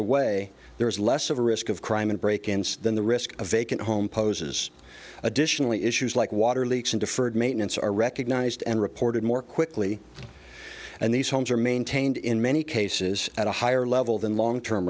away there is less of a risk of crime and break ins than the risk of vacant home poses additionally issues like water leaks and deferred maintenance are recognized and reported more quickly and these homes are maintained in many cases at a higher level than long term